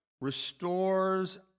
restores